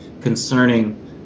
concerning